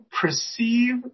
perceive